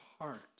heart